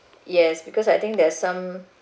yes because I think there's some